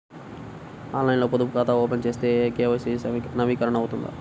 ఆన్లైన్లో పొదుపు ఖాతా ఓపెన్ చేస్తే కే.వై.సి నవీకరణ అవుతుందా?